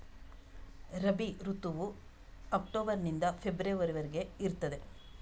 ರಬಿ ಋತುವು ಅಕ್ಟೋಬರ್ ನಿಂದ ಫೆಬ್ರವರಿ ವರೆಗೆ ಇರ್ತದೆ